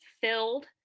filled